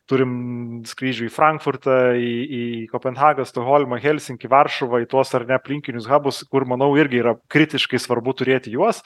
turim skrydžių į frankfurtą į į kopenhagą stokholmą helsinkį varšuvą į tuos ar ne aplinkinius habus kur manau irgi yra kritiškai svarbu turėti juos